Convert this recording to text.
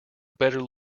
better